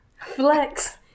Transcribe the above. flex